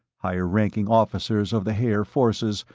higher ranking officers of the haer forces,